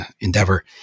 endeavor